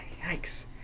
Yikes